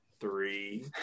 Three